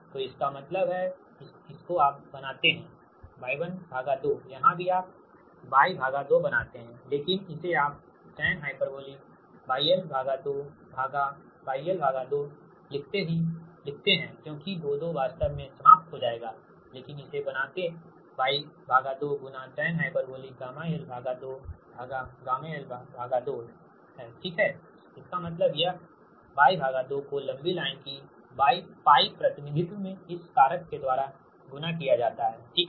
तो इसका मतलब इसको आप बनाते हैY12 यहाँ भी आप Y2 बनाते है लेकिन इसे आप tanhYl2Yl2 लिखते ही क्योंकि 2 2 वास्तव में समाप्त हो जाएगा लेकिन इसे बनाते Y2tanhYl2Yl2 है ठीक इसका मतलब यह Y2को लंबी लाइन की 𝜋 प्रतिनिधित्व में इस कारक के द्वारा गुणा किया जाता है ठीक है